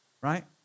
Right